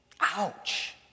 Ouch